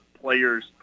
players